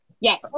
Yes